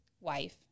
wife